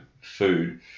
food